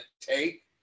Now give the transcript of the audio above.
take